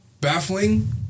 baffling